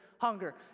hunger